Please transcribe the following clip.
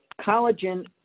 collagen